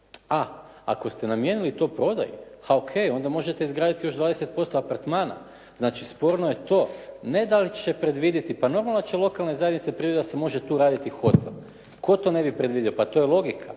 A ako ste namijenili to prodaji, ok, onda možete izgraditi još 20% apartmana. Znači sporno je to, ne da li će predvidjeti. Pa normalno da će lokalne zajednice predvidjeti da se može tu raditi hotel. Tko to ne bi predvidio? Pa to je logika.